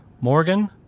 Morgan